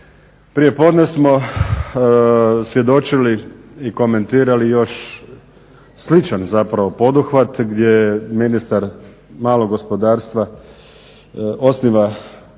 Prijepodne smo svjedočili i komentirali još sličan zapravo poduhvat gdje je ministar malog gospodarstva osniva